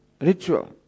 ritual